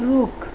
रुख